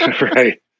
Right